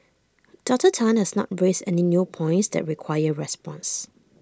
Doctor Tan has not raised any new points that require response